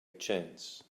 chance